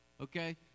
okay